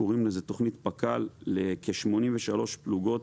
קוראים לזה תכנית פק"ל לכ-83 פלוגות